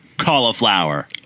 cauliflower